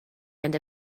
and